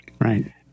Right